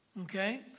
okay